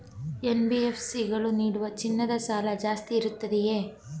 NBFC ಗಳು ನೀಡುವ ಚಿನ್ನದ ಸಾಲ ಜಾಸ್ತಿ ಇರುತ್ತದೆಯೇ?